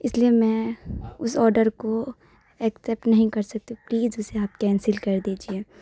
اس لیے میں اس آرڈر کو ایکسیپٹ نہیں کر سکتی ہوں پلیز اسے آپ کینسل کر دیجیے